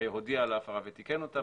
שהעוסק הודיע על ההפרה ותיקן אותה,